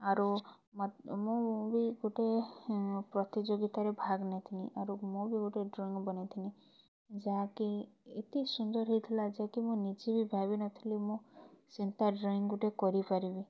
ଆରୁ ମତେ ମୁଁ ବି ଗୁଟେ ପ୍ରତିଯୋଗିତାରେ ଭାଗ୍ ନେଇଥିନି ଆରୁ ମୁଁ ବି ଗୁଟେ ଡ୍ରଇଙ୍ଗ୍ ବନେଇଥିନି ଯାହାକି ଏତେ ସୁନ୍ଦର୍ ହେଇଥିଲା ଯେ କି ମୁଁ ନିଜେ ବି ଭାବିନଥିଲି ମୁଁ ସେନ୍ତା ଡ୍ରଇଙ୍ଗ୍ ଗୁଟେ କରିପାରିବି